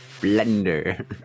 Blender